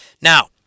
Now